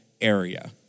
area